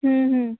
হুম হুম